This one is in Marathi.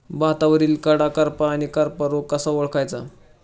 भातावरील कडा करपा आणि करपा रोग कसा ओळखायचा?